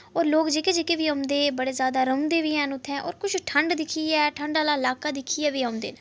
और लोक जेह्के जेह्के बी औंदे बड़े जैदा रौंह्दे बी हैन उत्थै और किश ठंड दिक्खियै ठंड आह्ला इलाका दिक्खियै बी औंदे